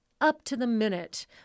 up-to-the-minute